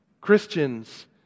Christians